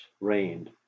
reigned